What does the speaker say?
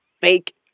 fake